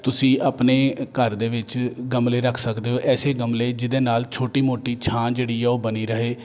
ਤੁਸੀਂ ਆਪਣੇ ਘਰ ਦੇ ਵਿੱਚ ਗਮਲੇ ਰੱਖ ਸਕਦੇ ਹੋ ਐਸੇ ਗਮਲੇ ਜਿਹਦੇ ਨਾਲ ਛੋਟੀ ਮੋਟੀ ਛਾਂ ਜਿਹੜੀ ਹੈ ਉਹ ਬਣੀ ਰਹੇ